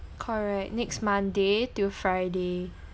correct next monday to friday